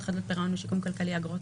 חדלות פירעון ושיקום כלכלי (אגרות),